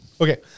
Okay